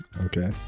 okay